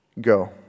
go